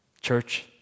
Church